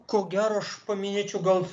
ko gero aš paminėčiau gal